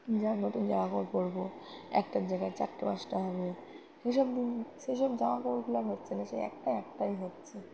যে আমি নতুন জামাকাপড় পরবো একটার জায়গায় চারটে পাঁচটা হবে সেসব দিন সেসব জামাকাপড়গুলো আর হচ্ছে না সে একটা একটাই হচ্ছে